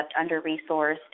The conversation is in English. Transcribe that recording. under-resourced